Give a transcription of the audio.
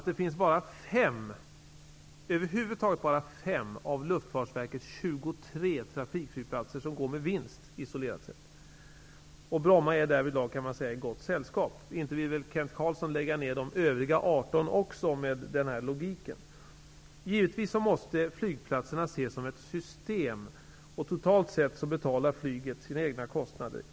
Det är över huvud taget bara 5 av Luftfartsverkets Bromma är därvidlag i gott sällskap. Inte vill väl Kent Carlsson lägga ner de övriga 18 också, med den logiken? Givetvis måste flygplatserna ses som ett system. Totalt sett betalar flyget sina egna kostnader.